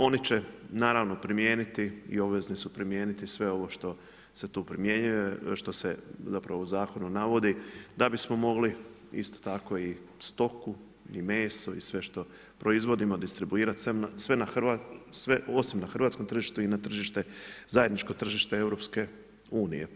Oni će naravno primijeniti i obvezni su primijeniti sve ovo što se tu primjenjuje, što se zapravo u zakonu navodi da bismo mogli isto tako i stoku i meso i sve što proizvodimo distribuirati sve osim na hrvatskom tržištu i na tržište, zajedničko tržište EU.